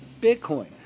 Bitcoin